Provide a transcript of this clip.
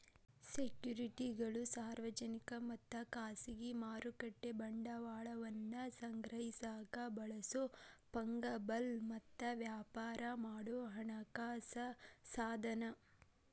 ಸೆಕ್ಯುರಿಟಿಗಳು ಸಾರ್ವಜನಿಕ ಮತ್ತ ಖಾಸಗಿ ಮಾರುಕಟ್ಟೆ ಬಂಡವಾಳವನ್ನ ಸಂಗ್ರಹಿಸಕ ಬಳಸೊ ಫಂಗಬಲ್ ಮತ್ತ ವ್ಯಾಪಾರ ಮಾಡೊ ಹಣಕಾಸ ಸಾಧನ